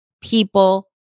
people